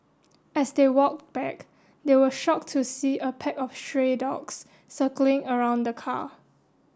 as they walked back they were shocked to see a pack of stray dogs circling around the car